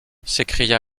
s’écria